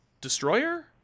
destroyer